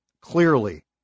clearly